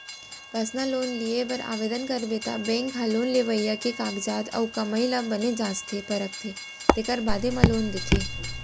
personal loan लिये बर ओवदन करबे त बेंक ह लोन लेवइया के कागजात अउ कमाई ल बने जांचथे परखथे तेकर बादे म लोन देथे